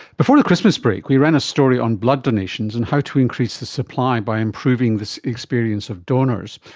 before the christmas break we ran a story on blood donations and how to increase the supply by improving the experience of donors.